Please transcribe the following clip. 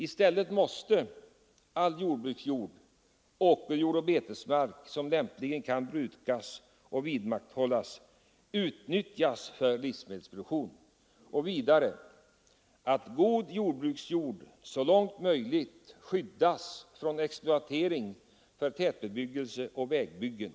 I stället måste all jordbruksjord — åkerjord och betesmark — som lämpligen kan brukas och vidmakthållas, utnyttjas för livsmedelsproduk tion. Vidare bör god jordbruksjord så långt möjligt skyddas från exploatering för tätbebyggelse och vägbyggen.